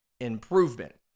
improvement